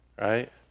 Right